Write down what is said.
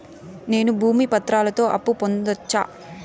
నేను భూమి పత్రాలతో అప్పు పొందొచ్చా?